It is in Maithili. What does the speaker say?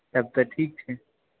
तब तऽ ठीक छै